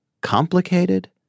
complicated